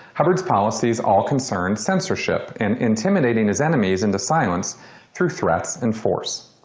hubbard's policies all concern censorship and intimidating his enemies into silence through threats and force.